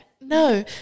No